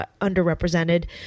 underrepresented